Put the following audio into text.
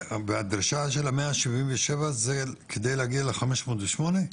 הדרישה של ה-177 זה כדי להגיע ל-508?